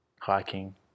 hiking